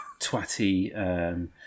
twatty